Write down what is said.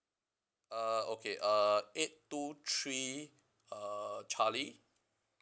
uh okay uh eight two three uh charlie